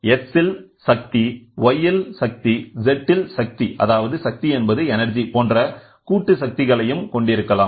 X இல் சக்திy இல் சக்திz இல் சக்தி போன்ற கூட்டு சக்திகளையும் கொண்டிருக்கலாம்